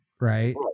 right